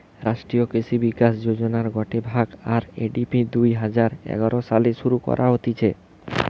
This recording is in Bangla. রাষ্ট্রীয় কৃষি বিকাশ যোজনার গটে ভাগ, আর.এ.ডি.পি দুই হাজার এগারো সালে শুরু করা হতিছে